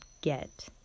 get